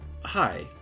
Hi